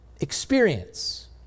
Experience